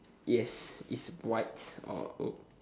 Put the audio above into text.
yes it's white or uh